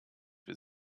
wir